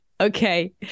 Okay